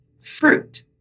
fruit